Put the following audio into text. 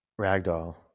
ragdoll